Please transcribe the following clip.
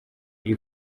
iyi